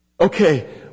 Okay